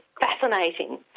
fascinating